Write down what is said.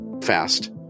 fast